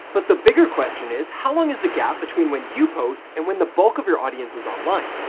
but the bigger question is how long is the gap between when you post and when the bulk of your audience is online?